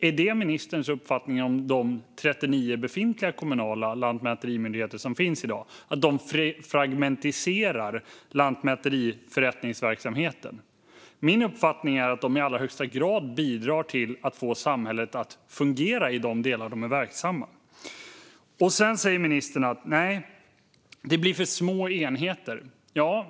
Är det ministerns uppfattning om de 39 befintliga kommunala lantmäterimyndigheter som finns i dag att de fragmentiserar lantmäteriförrättningsverksamheten? Min uppfattning är att de i allra högsta grad bidrar till att få samhället att fungera i de delar där de är verksamma. Ministern säger att det blir för små enheter.